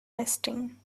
testing